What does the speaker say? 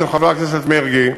של חבר הכנסת מרגי.